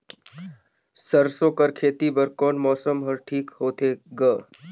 सरसो कर खेती बर कोन मौसम हर ठीक होथे ग?